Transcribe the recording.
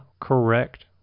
correct